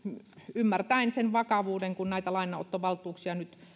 ymmärtäen sen vakavuuden siinä kun näitä lainanottovaltuuksia nyt